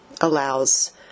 allows